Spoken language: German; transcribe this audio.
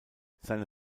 seine